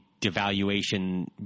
devaluation